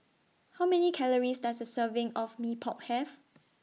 How Many Calories Does A Serving of Mee Pok Have